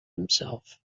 himself